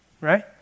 right